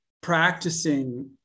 practicing